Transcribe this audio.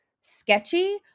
sketchy